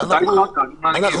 התנגדויות כאלה ואחרות,